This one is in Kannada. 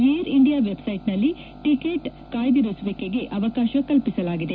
ಏರ್ ಇಂಡಿಯಾ ವೆಬ್ಸೈಟ್ನಲ್ಲಿ ಟಿಕೆಟ್ ಕಾಯ್ಟಿರಿಸುವಿಕೆಗೆ ಅವಕಾಶ ಕಲ್ಪಿಸಲಾಗಿದೆ